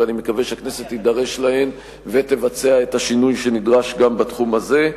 ואני מקווה שהכנסת תידרש להן ותבצע את השינוי שנדרש גם בתחום הזה.